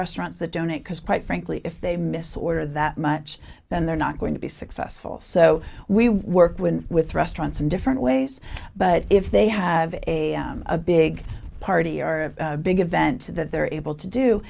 because quite frankly if they miss order that much then they're not going to be successful so we work with with restaurants in different ways but if they have a big party or a big event that they're able to do